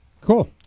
Cool